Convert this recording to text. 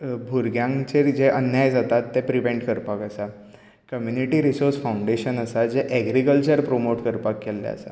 भुरग्यांचेर जे अन्याय जाता ते प्रिवेंट करपाक आसा कम्यूनीटी रिसोर्स फावंडेशन आसा जे ऍग्रीकल्चर प्रोमोट करपाक केल्ले आसा